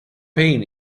pain